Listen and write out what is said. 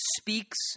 speaks